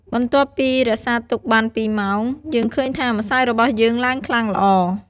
បន្ទាប់ពីរក្សាទុកបានពីរម៉ោង យើងឃើញថាម្សៅរបស់យើងឡើងខ្លាំងល្អ។